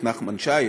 את נחמן שי,